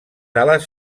ales